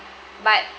but